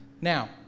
Now